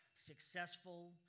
successful